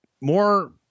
more